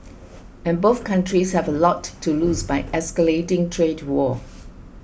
and both countries have a lot to lose by escalating trade war